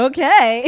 Okay